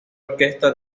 orquesta